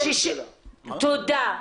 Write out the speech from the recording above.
תודה.